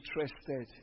interested